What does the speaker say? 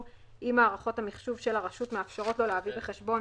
אם מערכות המחשוב של הרשות מאפשרות לו להביא בחשבון